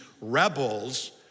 rebels